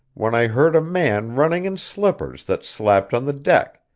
when i heard a man running in slippers that slapped on the deck,